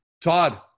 Todd